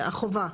החובה.